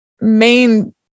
main